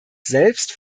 selbst